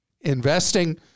Investing